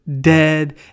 dead